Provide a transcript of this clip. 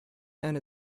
and